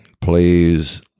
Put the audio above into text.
please